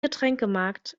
getränkemarkt